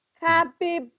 Happy